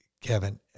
Kevin